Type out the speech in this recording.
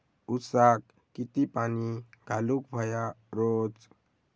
ऊसाक किती पाणी घालूक व्हया रोज?